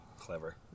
Clever